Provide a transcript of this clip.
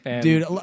Dude